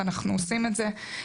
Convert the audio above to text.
ואנחנו עושים את זה.